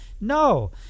No